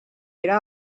pere